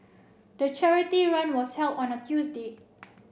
the charity run was held on a Tuesday